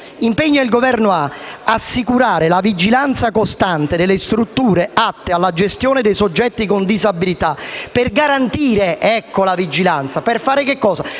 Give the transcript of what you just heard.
regioni assicurano la vigilanza costante delle strutture atte alla gestione dei soggetti con disabilità, per garantire la sicurezza